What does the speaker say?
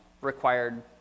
required